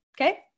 okay